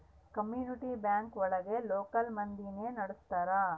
community bank ಒಳಗ local ಮಂದಿನೆ ನಡ್ಸ್ತರ